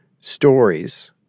stories